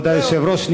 כבוד היושב-ראש,